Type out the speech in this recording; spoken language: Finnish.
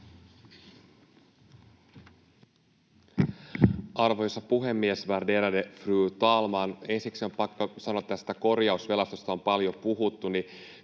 Arvoisa puhemies, värderade fru talman! Ensiksi on pakko sanoa tästä korjausvelasta, josta on paljon puhuttu.